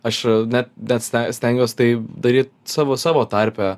aš net net ste stengiuos tai daryt savo savo tarpe